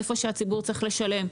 היכן שהציבור צריך לשלם,